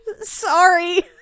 sorry